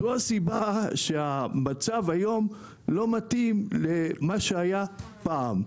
זוהי הסיבה מדוע המצב היום לא מתאים למה שהיה פעם.